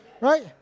Right